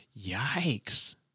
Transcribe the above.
Yikes